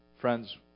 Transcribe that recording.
Friends